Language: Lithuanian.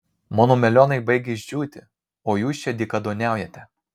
mano melionai baigia išdžiūti o jūs čia dykaduoniaujate